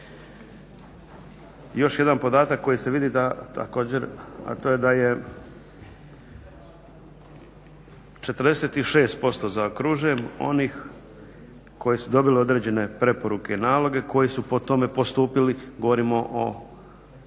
Još jedan podatak koji se vidi također, a to je da je 46% zaokružujem onih koji su dobili određene preporuke i naloge koji su po tome postupili. Govorimo o